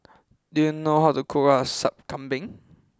do you know how to cook Sup Kambing